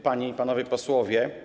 Panie i Panowie Posłowie!